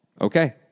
Okay